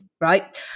Right